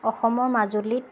অসমৰ মাজুলীত